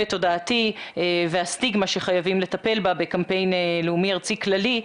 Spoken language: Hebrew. התודעתי והסטיגמה שחייבים לטפל בה בקמפיין לאומי ארצי כללי,